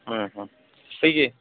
হুম হুম এই যে